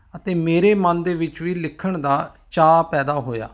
ਅਤੇ ਮੇਰੇ ਮਨ ਦੇ ਵਿੱਚ ਵੀ ਲਿਖਣ ਦਾ ਚਾਅ ਪੈਦਾ ਹੋਇਆ